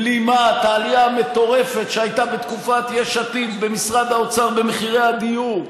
בלימת העלייה המטורפת שהייתה בתקופת יש עתיד במשרד האוצר במחירי הדיור.